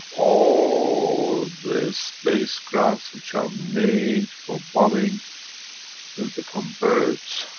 all the spacecrafts which are made for bombing will become birds,